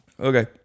Okay